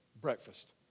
Breakfast